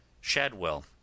Shadwell